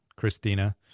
Christina